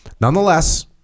Nonetheless